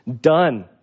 done